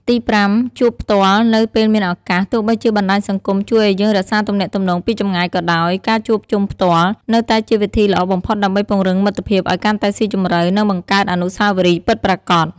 ទីប្រាំ ជួបផ្ទាល់នៅពេលមានឱកាស ទោះបីជាបណ្ដាញសង្គមជួយឱ្យយើងរក្សាទំនាក់ទំនងពីចម្ងាយក៏ដោយ ការជួបជុំផ្ទាល់ នៅតែជាវិធីល្អបំផុតដើម្បីពង្រឹងមិត្តភាពឱ្យកាន់តែស៊ីជម្រៅ និងបង្កើតអនុស្សាវរីយ៍ពិតប្រាកដ។